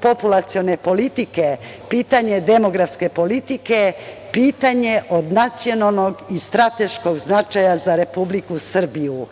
populacione politike, pitanje demografske politike pitanje od nacionalnog i strateškog značaja za Republiku Srbiju.